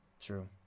true